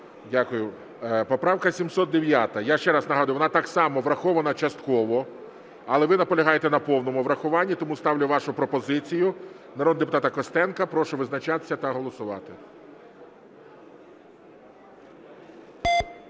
Дякую. Поправка 709. Я ще раз нагадую, вона так само врахована частково, але ви наполягаєте на повному врахуванні. Тому ставлю вашу пропозицію, народного депутата Костенка. Прошу визначатися та голосувати.